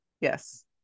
Yes